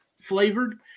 flavored